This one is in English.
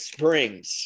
Springs